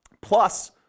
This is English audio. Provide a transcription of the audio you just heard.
plus